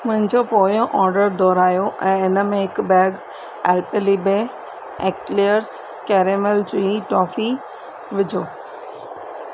मुंहिंजो पोयों ऑडर दुहिरायो ऐं इनमें हिकु bag Alpenliebe eclairs caramel chewy toffee विझो